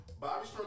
Bobby